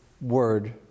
word